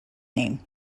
name